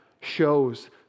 shows